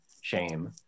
shame